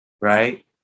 right